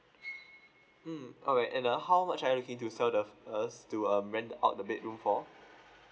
mm alright and uh how much are you looking to sell the us to um rent out the bedroom for